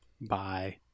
bye